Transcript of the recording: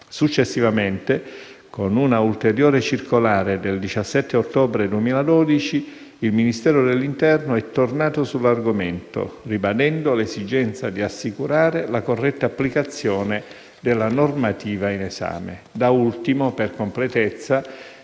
Successivamente, con un'ulteriore circolare del 17 ottobre 2012, il Ministero dell'interno è tornato sull'argomento, ribadendo l'esigenza di assicurare la corretta applicazione della normativa in esame. Da ultimo, per completezza,